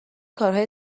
کارهای